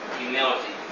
humility